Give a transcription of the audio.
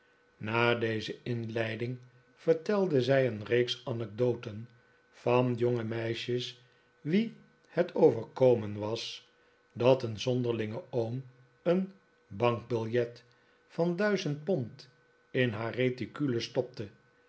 na deze inleiding vertelde zij een reeks anecdoten van jonge meisjes wie het overkomen was dat een zonderlinge oom een bankbiljet van duizend pond in haar reticule stopte